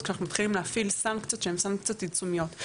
כשאנחנו מתחילים להפעיל סנקציות שהן סנקציות עיצומיות.